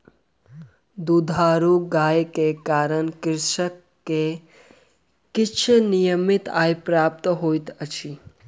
दुधारू गाय के कारण कृषक के किछ नियमित आय प्राप्त होइत अछि